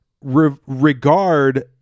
regard